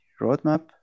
roadmap